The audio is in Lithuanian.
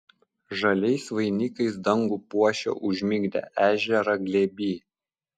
žaliais vainikais dangų puošia užmigdę ežerą glėby